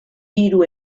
hiru